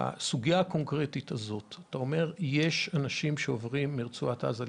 בסוגיה הקונקרטית הזאת: אתה אומר שיש אנשים שעוברים מרצועת עזה לישראל,